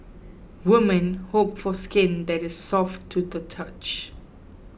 woman hope for skin that is soft to the touch